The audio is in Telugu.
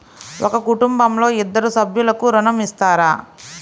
ఒక కుటుంబంలో ఇద్దరు సభ్యులకు ఋణం ఇస్తారా?